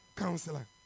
counselor